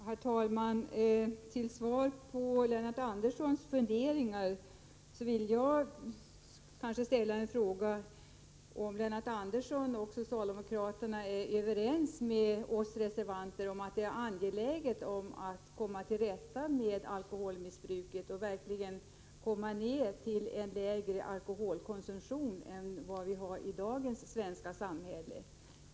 Herr talman! Som svar på Lennart Anderssons funderingar vill jag ställa en fråga. Är Lennart Andersson och socialdemokraterna i övrigt överens med oss reservanter om att det är angeläget att komma till rätta med alkoholmissbruket och att komma ned till en lägre alkoholkonsumtion än vi har i dagens svenska samhälle?